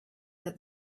that